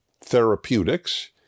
therapeutics